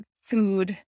food